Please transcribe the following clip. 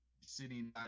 sitting